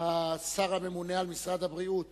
השר הממונה על משרד הבריאות